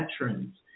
veterans